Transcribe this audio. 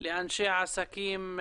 לאנשי עסקים,